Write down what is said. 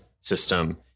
system